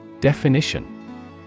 Definition